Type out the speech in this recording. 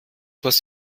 was